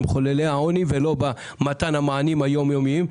במחוללי העוני ולא במתן המענים היום יומיים.